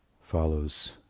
follows